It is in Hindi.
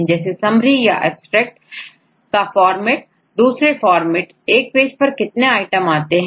जैसे समरी या एब्स्ट्रेक्ट का फॉर्मेट दूसरे फॉर्मेट एक पेज पर कितने आइटम आते हैं